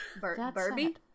barbie